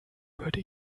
würde